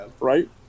Right